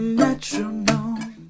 metronome